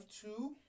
two